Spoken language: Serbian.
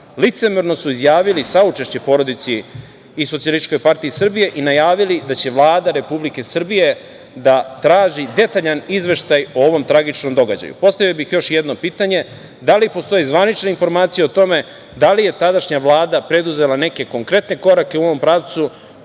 licemerno su izjavili saučešće porodici i SPS i najavili da će Vlada Republike Srbije da traži detaljan izveštaj o ovom tragičnom događaju. Postavio bih još jedno pitanje, da li postoji zvanična informacija o tome da li je tadašnja vlada preduzela neke konkretne korake u ovom pravcu,